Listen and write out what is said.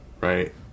Right